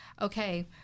okay